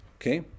Okay